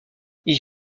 ils